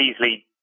easily